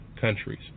countries